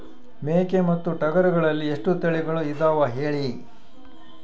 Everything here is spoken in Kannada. ಮೇಕೆ ಮತ್ತು ಟಗರುಗಳಲ್ಲಿ ಎಷ್ಟು ತಳಿಗಳು ಇದಾವ ಹೇಳಿ?